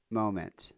moment